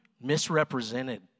misrepresented